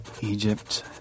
Egypt